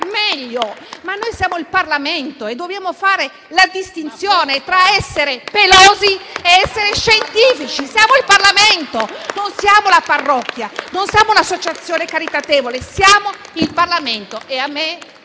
ma noi siamo il Parlamento e dobbiamo fare distinzione tra essere pelosi ed essere scientifici. Siamo il Parlamento, non siamo la parrocchia, non siamo un'associazione caritatevole. Ripeto, siamo il Parlamento,